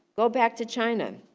go back to china.